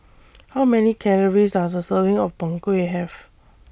How Many Calories Does A Serving of Png Kueh Have